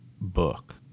book